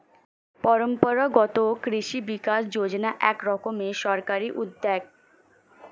পরম্পরাগত কৃষি বিকাশ যোজনা এক রকমের সরকারি উদ্যোগ